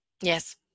yes